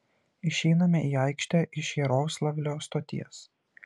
išeiname į aikštę iš jaroslavlio stoties